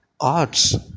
arts